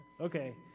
Okay